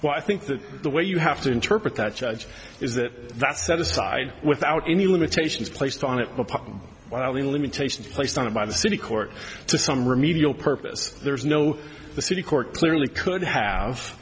well i think that the way you have to interpret that judge is that that's set aside without any limitations placed on it while the limitations placed on it by the city court to some remedial purpose there is no the city court clearly could have